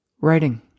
writing